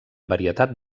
varietat